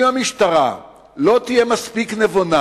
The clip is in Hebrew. אם המשטרה לא תהיה מספיק נבונה,